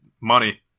money